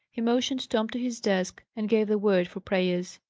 he motioned tom to his desk, and gave the word for prayers.